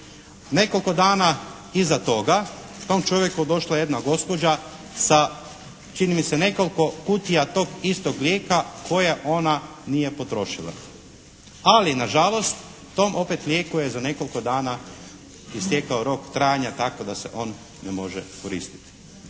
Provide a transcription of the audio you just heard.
Nekoliko dana iza toga tom čovjeku je došla jedna gospođa sa čini mi se nekoliko kutija tog istog lijeka koje ona nije potrošila, ali na žalost tom opet lijeku je za nekoliko dana istekao rok trajanja tako da se on ne može koristiti.